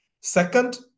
Second